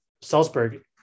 Salzburg